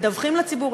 מדווחים לציבור.